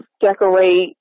decorate